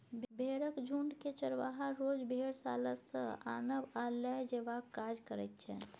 भेंड़क झुण्डकेँ चरवाहा रोज भेड़शाला सँ आनब आ लए जेबाक काज करैत छै